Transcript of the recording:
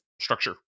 structure